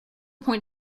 point